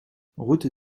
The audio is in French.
route